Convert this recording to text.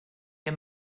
mir